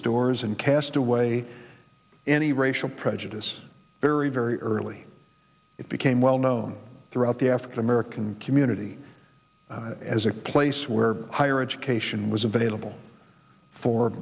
doors and cast away any racial prejudice very very early it became well known throughout the african american community as a place where higher education was available for